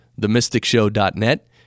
themysticshow.net